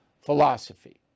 philosophy